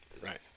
Right